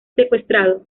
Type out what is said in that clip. secuestrado